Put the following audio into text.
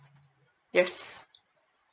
yes